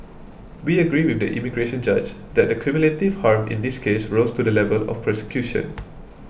we agree with the immigration judge that the cumulative harm in this case rose to the level of persecution